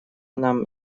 нам